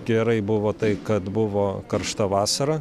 gerai buvo tai kad buvo karšta vasara